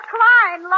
Klein